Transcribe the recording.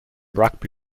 rugby